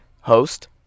host